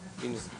בגדול, זאת נשמעת